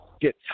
get